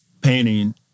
painting